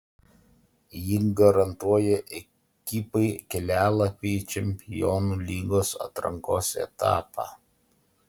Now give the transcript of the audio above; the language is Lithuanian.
ji garantuoja ekipai kelialapį į čempionų lygos atrankos etapą